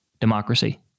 democracy